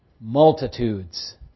multitudes